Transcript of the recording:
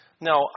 Now